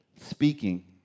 speaking